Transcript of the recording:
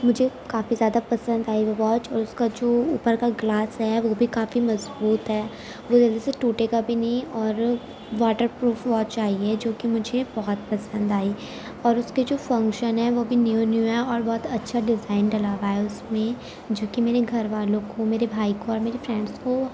مجھے کافی زیادہ پسند آئی وہ واچ اور اس کا جو اوپر کا گلاس ہے وہ بھی کافی مضبوط ہے وہ جلدی سے ٹوٹے گا بھی نہیں اور واٹر پروف واچ آئی ہے جو کہ مجھے بہت پسند آئی اور اس کے جو فنکشن ہے وہ بھی نیو نیو ہے اور بہت اچھا ڈیزائن ڈلا ہوا ہے اس میں جو کہ میرے گھر والوں کو میرے بھائی کو اور میری فرینڈس کو